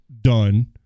done